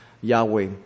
Yahweh